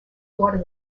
water